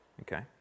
Okay